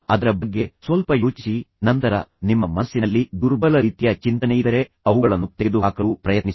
ಅದರ ಬಗ್ಗೆ ಸ್ವಲ್ಪ ಯೋಚಿಸಿ ನಂತರ ನಿಮ್ಮ ಮನಸ್ಸಿನಲ್ಲಿ ದುರ್ಬಲ ರೀತಿಯ ಚಿಂತನೆಯಿದ್ದರೆ ಅವುಗಳನ್ನು ತೆಗೆದುಹಾಕಲು ಪ್ರಯತ್ನಿಸಿ